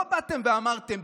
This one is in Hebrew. לא באתם ואמרתם,